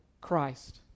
Christ